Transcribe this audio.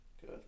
Good